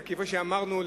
וכפי שאמרנו,